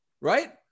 right